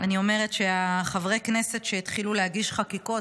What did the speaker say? אני אומרת שחברי הכנסת שהתחילו להגיש חקיקות